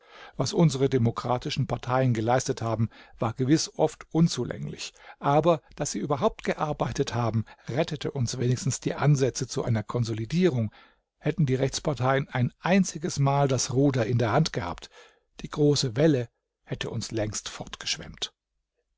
was unsere demokratischen parteien geleistet haben war gewiß oft unzulänglich aber daß sie überhaupt gearbeitet haben rettete uns wenigstens die ansätze zu einer konsolidierung hätten die rechtsparteien ein einziges mal das ruder in der hand gehabt die große welle hätte uns längst